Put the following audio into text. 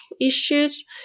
issues